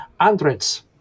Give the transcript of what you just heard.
hundreds